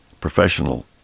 professional